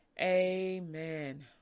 Amen